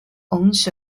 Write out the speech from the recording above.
owns